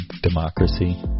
democracy